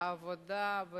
העבודה,